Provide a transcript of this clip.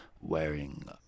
wearing